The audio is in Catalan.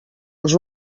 els